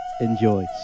Enjoy